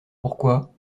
pourquoi